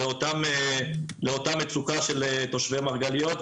לאותה מצוקה של תושבי מרגליות,